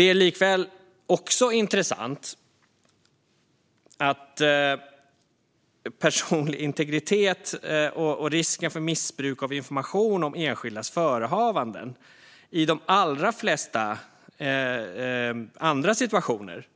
Det är också intressant att personlig integritet och risken för missbruk av information om enskildas förehavanden i de allra flesta andra situationer